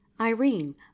Irene